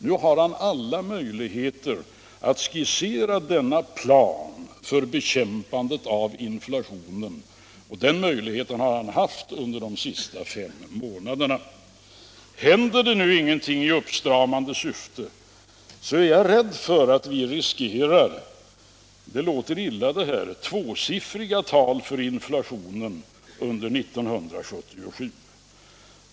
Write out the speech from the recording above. Nu har han alla möjligheter att utarbeta denna plan för bekämpande av inflationen, och de möjligheterna har han haft under de senaste fem månaderna. Händer det nu ingenting i uppstramande syfte, är jag rädd för att vi riskerar — det låter illa det här — tvåsiffriga tal för inflationen under 1977.